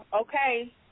Okay